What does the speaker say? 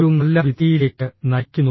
ഒരു നല്ല വിധിയിലേക്ക് നയിക്കുന്നു